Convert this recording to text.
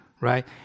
right